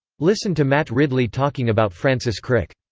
listen to matt ridley talking about francis crick.